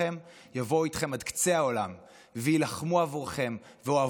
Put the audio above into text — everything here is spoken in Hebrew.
יבואו איתכם עד קצה העולם ויילחמו עבורכם והן אוהבות אתכם.